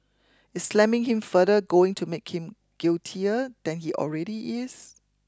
is slamming him further going to make him guiltier than he already is